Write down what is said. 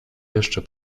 jeszcze